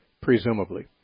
presumably